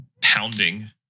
pounding